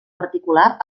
particular